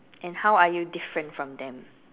and how are you different from them